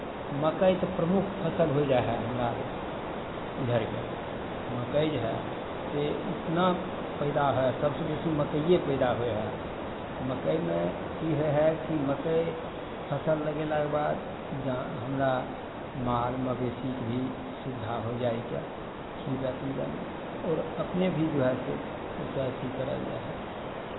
मक्कइ तऽ प्रमुख फसल होय जाइ हए हमरा आर इधरके मक्कइ जे हए से इतना पैदा होइ हए सभसँ बेसी मक्कइए पैदा होइ हए मक्कइमे की होइ हए कि मक्कइ फसल लगयलाके बाद जहाँ हमरा माल मवेशीके भी सुविधा होइ जाइ हए खिलबै पिलबैमे आओर अपने भी जो हए से ओहिसँ अथि करल जाइत हए